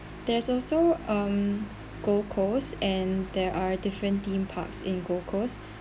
there's also um gold coast and there are different theme parks in gold coast